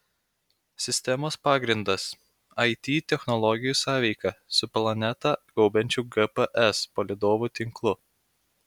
sistemos pagrindas it technologijų sąveika su planetą gaubiančiu gps palydovų tinklu